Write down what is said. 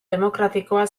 demokratikoa